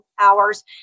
hours